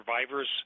survivors